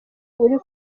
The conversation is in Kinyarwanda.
uri